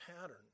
pattern